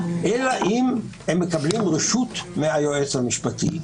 אלא אם הם מקבלים רשות מהיועץ המשפטי,